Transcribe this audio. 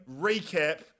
recap